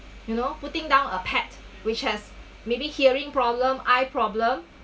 you know putting down a pet which has maybe hearing problem eye problem